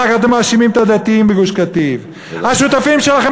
ואחר כך אתם מאשימים את הדתיים בעקירה מגוש-קטיף.